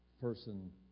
person